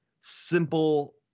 simple